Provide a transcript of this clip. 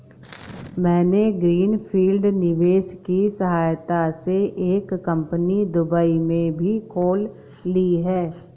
मैंने green field निवेश की सहायता से एक कंपनी दुबई में भी खोल ली है